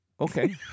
Okay